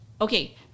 okay